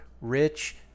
rich